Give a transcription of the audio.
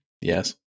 Yes